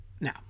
Now